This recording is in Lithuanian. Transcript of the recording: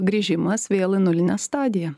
grįžimas vėl į nulinę stadiją